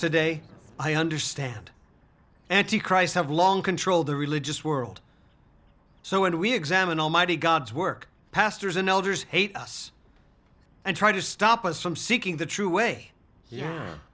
today i understand anti christ have long controlled the religious world so when we examine almighty god's work pastors and elders hate us and try to stop us from seeking the true way